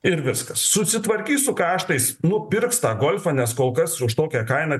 ir viskas susitvarkys su karštais nupirks tą golfą nes kol kas už tokią kainą